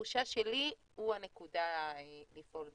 בתחושה שלי, הוא הנקודה לפעול בה.